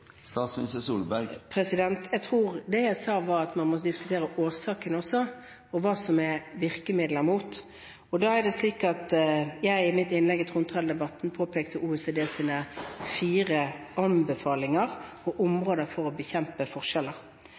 Jeg tror at det jeg sa, var at man må diskutere årsakene også, og hva som er virkemidler mot dette. Da pekte jeg i mitt innlegg i trontaledebatten på OECDs fire anbefalinger og områder for å bekjempe forskjeller.